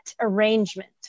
arrangement